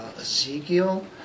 Ezekiel